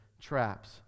traps